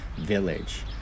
village